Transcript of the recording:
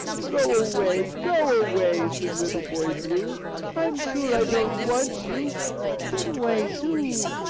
go away! go away! said little boy blue i'm sure i don't want you get away do.